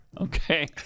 okay